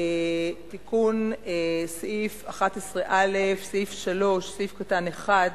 תיקון סעיף 11א, סעיף 3(1),